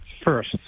first